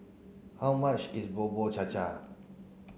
how much is Bubur Cha Cha